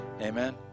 Amen